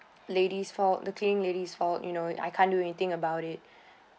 ladies fault the cleaning ladies fault you know I can't do anything about it